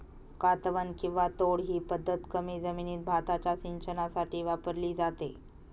कातवन किंवा तोड ही पद्धत कमी जमिनीत भाताच्या सिंचनासाठी वापरली जाते